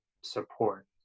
support